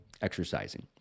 exercising